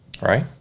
right